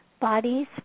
bodies